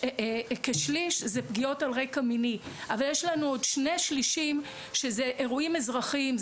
כשליש פגיעות על רקע מיני אבל יש עוד שני שלישים של אירועים אזרחיים.